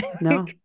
No